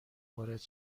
وارد